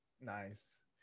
Nice